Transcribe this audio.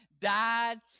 Died